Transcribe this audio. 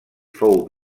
fou